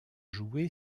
jouée